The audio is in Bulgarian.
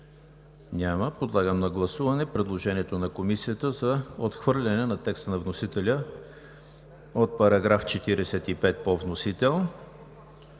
Няма. Подлагам на гласуване предложението на Комисията за отхвърляне на текста на § 45 по вносител